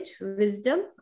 wisdom